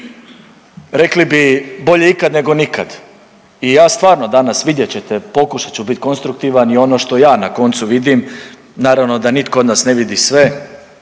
rekli bi bolje ikad nego nikad i ja stvarno danas vidjet ćete pokušat ću biti konstruktivan i ono što ja na koncu vidim, naravno da nitko od nas ne vidi sve,